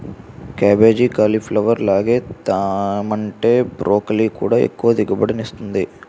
cabbage, cauliflower లాగే తేముంటే broccoli కూడా ఎక్కువ దిగుబడినిస్తుంది